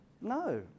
No